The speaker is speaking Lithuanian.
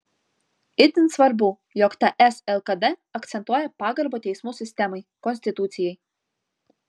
itin svarbu jog ts lkd akcentuoja pagarbą teismų sistemai konstitucijai